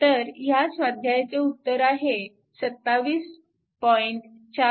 तर ह्या स्वाध्यायाचे उत्तर आहे 27